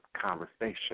conversation